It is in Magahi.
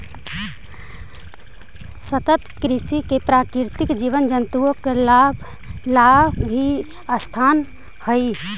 सतत कृषि में प्राकृतिक जीव जंतुओं ला भी स्थान हई